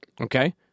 Okay